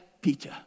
Peter